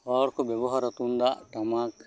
ᱦᱚᱲ ᱠᱚ ᱵᱮᱵᱚᱦᱟᱨᱟ ᱛᱩᱢᱫᱟᱜ ᱴᱟᱢᱟᱠ